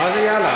מה זה "יאללה"?